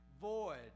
void